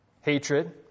Hatred